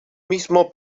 mismo